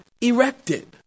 erected